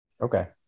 Okay